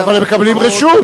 אבל הם מקבלים רשות.